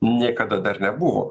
niekada dar nebuvo